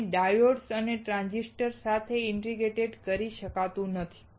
તેને ડાયોડ્સ અને ટ્રાંઝિસ્ટર સાથે ઇન્ટિગ્રેટ કરી શકાતું નથી